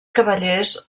cavallers